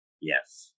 Yes